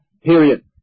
period